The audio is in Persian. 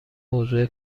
موضوع